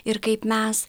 ir kaip mes